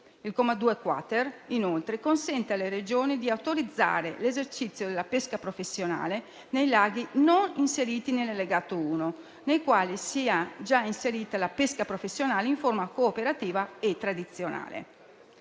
Il comma 2-*quater* consente inoltre alle Regioni di autorizzare l'esercizio della pesca professionale nei laghi non inseriti nell'Allegato 1, nei quali sia già inserita la pesca professionale in forma cooperativa e tradizionale.